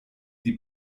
die